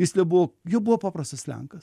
jis nebuvo jau buvo paprastas lenkas